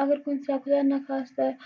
اَگر کُنہِ ساتہٕ خۄدا نہ خاستہٕ